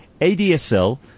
ADSL